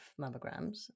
mammograms